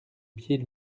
pied